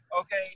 Okay